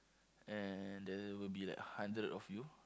and there will be like hundred of you